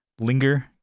linger